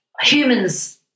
humans